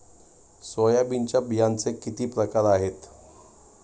सोयाबीनच्या बियांचे किती प्रकार आहेत?